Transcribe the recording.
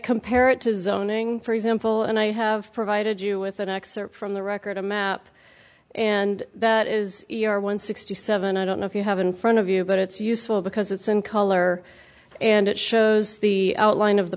compare it to zoning for example and i have provided you with an excerpt from the record a map and that is you are one sixty seven i don't know if you have in front of you but it's useful because it's in color and it shows the outline of the